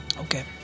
Okay